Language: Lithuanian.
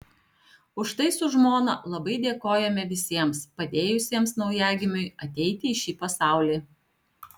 už tai su žmona labai dėkojame visiems padėjusiems naujagimiui ateiti į šį pasaulį